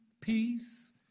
peace